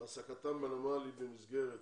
העסקתם בנמל היא במסגרת